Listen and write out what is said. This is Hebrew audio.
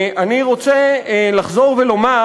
אני רוצה לחזור ולומר